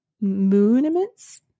monuments